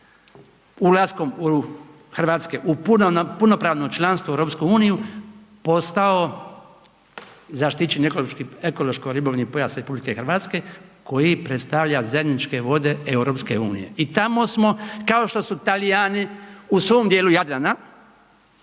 ulaskom Hrvatske u punopravno članstvo u EU postao zaštićeni ekološko-ribolovni pojas RH koji predstavlja zajedničke vode EU. I tamo smo, kao što su Talijani u svom dijelu Jadrana